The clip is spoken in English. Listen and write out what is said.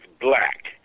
black